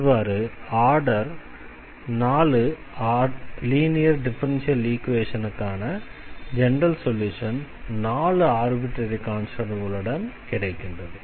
இவ்வாறு order 4 linear differential ஈக்வேஷனுக்கான general solution 4 arbitrary கான்ஸ்டண்ட்களுடன் கிடைக்கின்றது